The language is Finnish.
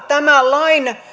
tämän